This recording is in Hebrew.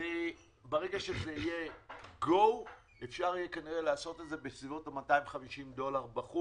ברגע שיהיה go אפשר יהיה כנראה לעשות את זה בסביבות 250 דולר בחוץ.